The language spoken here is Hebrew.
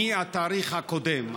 מהתאריך הקודם,